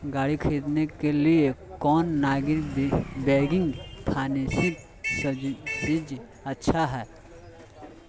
गाड़ी खरीदे के लिए कौन नॉन बैंकिंग फाइनेंशियल सर्विसेज अच्छा है?